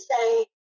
say